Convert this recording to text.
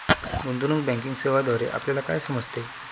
गुंतवणूक बँकिंग सेवांद्वारे आपल्याला काय समजते?